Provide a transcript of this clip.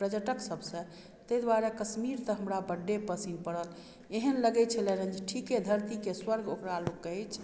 पर्यटक सब सऽ तै दुआरे कश्मीर तऽ हमरा बड्डे पसीन्न परल एहन लगै छला कि ठीके धरती के स्वर्ग ओकरा लोग कहै छै